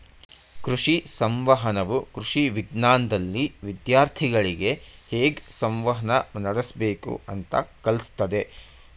ಕೃಷಿ ಸಂವಹನವು ಕೃಷಿ ವಿಜ್ಞಾನ್ದಲ್ಲಿ ವಿದ್ಯಾರ್ಥಿಗಳಿಗೆ ಹೇಗ್ ಸಂವಹನ ನಡಸ್ಬೇಕು ಅಂತ ಕಲ್ಸತದೆ